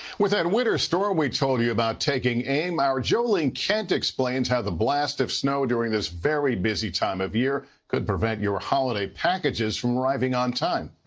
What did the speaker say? with that winter storm we told you about taking aim our jo ling kent explains how the blast of snow during this very busy time of year could prevent your holiday packages from arriving on time.